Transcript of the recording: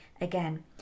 again